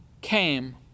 came